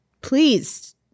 please